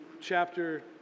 chapter